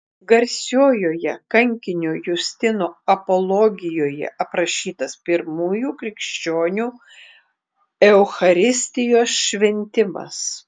garsiojoje kankinio justino apologijoje aprašytas pirmųjų krikščionių eucharistijos šventimas